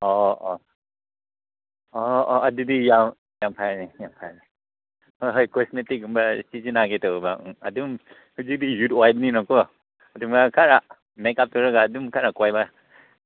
ꯑꯣ ꯑꯣ ꯑꯣ ꯑꯣ ꯑꯗꯨꯗꯤ ꯌꯥꯝ ꯐꯔꯦ ꯌꯥꯝ ꯐꯔꯦ ꯍꯣꯏ ꯍꯣꯏ ꯀꯣꯁꯃꯦꯇꯤꯛꯒꯨꯝꯕ ꯁꯤꯖꯤꯟꯅꯒꯦ ꯇꯧꯕ ꯑꯗꯨꯝ ꯍꯧꯖꯤꯛꯇꯤ ꯃꯦꯀꯞ ꯇꯧꯔ ꯑꯗꯨꯝ ꯀꯣꯏꯕ